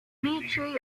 dmitry